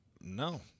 No